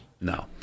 No